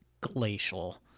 glacial